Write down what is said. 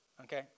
Okay